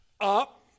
up